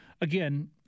Again